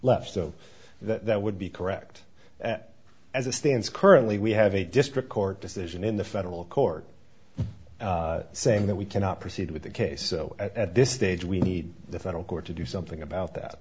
left so that would be correct as a stands currently we have a district court decision in the federal court saying that we cannot proceed with the case so at this stage we need the federal court to do something about that